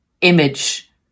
image